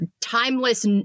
timeless